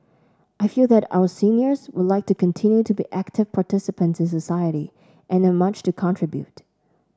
I feel that our seniors would like to continue to be active participants in society and have much to contribute